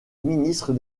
ministre